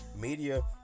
Media